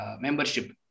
membership